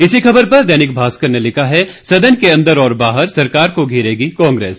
इसी खबर पर दैनिक भास्कर ने लिखा है सदन के अंदर और बाहर सरकार को घेरेगी कांग्रेस